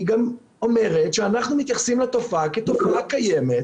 היא גם אומרת שאנחנו מתייחסים לתופעה כתופעה קיימת